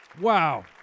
Wow